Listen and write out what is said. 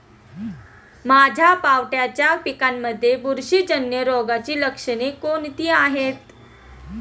माझ्या पावट्याच्या पिकांमध्ये बुरशीजन्य रोगाची लक्षणे कोणती आहेत?